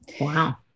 Wow